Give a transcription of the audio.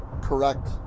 correct